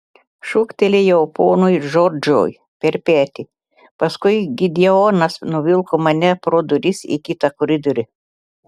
šūktelėjau ponui džordžui per petį paskui gideonas nuvilko mane pro duris į kitą koridorių